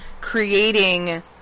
creating